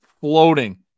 floating